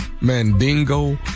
Mandingo